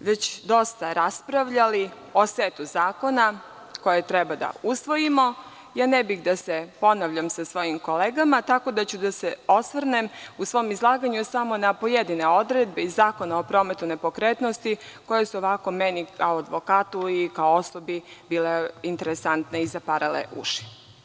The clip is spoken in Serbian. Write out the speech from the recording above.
već dosta raspravljali o setu zakona koje treba da usvojimo, ja ne bih da se ponavljam sa svojim kolegama, tako da ću da se osvrnem u svom izlaganju samo na pojedine odredbe iz Zakona o prometu nepokretnosti, koje su meni kao advokatu i osobi bile interesantne i zaparale uši.